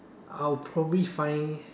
I'll probably find